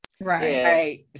Right